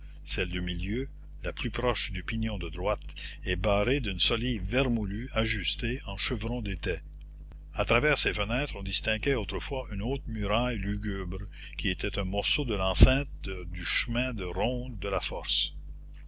celle du milieu la plus proche du pignon de droite est barrée d'une solive vermoulue ajustée en chevron d'étai à travers ces fenêtres on distinguait autrefois une haute muraille lugubre qui était un morceau de l'enceinte du chemin de ronde de la force